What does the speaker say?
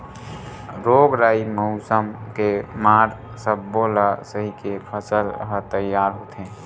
रोग राई, मउसम के मार सब्बो ल सहिके फसल ह तइयार होथे